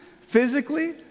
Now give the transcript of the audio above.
physically